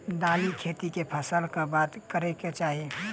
दालि खेती केँ फसल कऽ बाद करै कऽ चाहि?